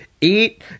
eat